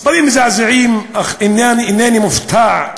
מספרים מזעזעים, אך אינני מופתע.